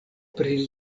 pri